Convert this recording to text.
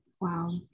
wow